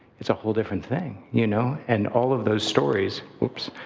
it's a whole different thing. you know and all of those stories, whoops,